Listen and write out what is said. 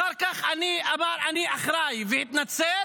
אחר כך אני אחראי, והתנצל,